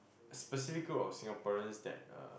specific group of Singaporeans that uh